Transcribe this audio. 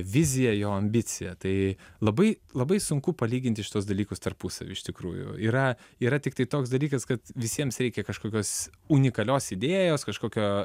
viziją jo ambiciją tai labai labai sunku palyginti šituos dalykus tarpusavy iš tikrųjų yra yra tiktai toks dalykas kad visiems reikia kažkokios unikalios idėjos kažkokio